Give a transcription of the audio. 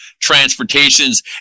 transportations